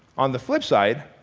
on the flip side,